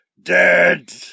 Dead